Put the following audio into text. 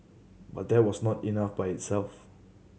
but that was not enough by itself